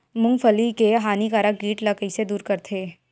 मूंगफली के हानिकारक कीट ला कइसे दूर करथे?